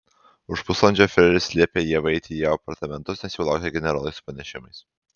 už pusvalandžio fiureris liepė ievai eiti į jo apartamentus nes jau laukė generolai su pranešimais